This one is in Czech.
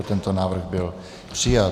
Tento návrh byl přijat.